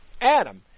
Adam